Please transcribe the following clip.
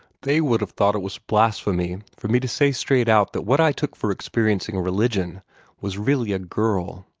they would have thought it was blasphemy for me to say straight out that what i took for experiencing religion was really a girl.